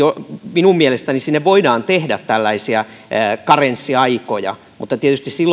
minun mielestäni sinne voidaan tehdä tällaisia karenssiaikoja mutta tietysti silloin